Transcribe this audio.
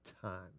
time